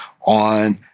on